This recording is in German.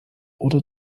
oder